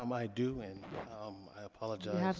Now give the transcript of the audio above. um i do, and um i apologize.